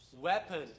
weapon